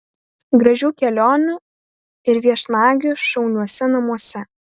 gražių kelionių ir viešnagių šauniuose namuose